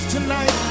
Tonight